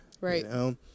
Right